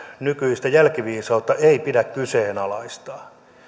nykyistä jälkiviisautta ei pidä kyseenalaistaa